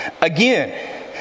again